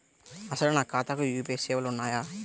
అసలు నా ఖాతాకు యూ.పీ.ఐ సేవలు ఉన్నాయా?